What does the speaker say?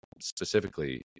specifically